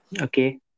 okay